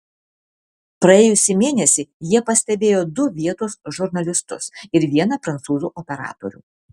praėjusį mėnesį jie pastebėjo du vietos žurnalistus ir vieną prancūzų operatorių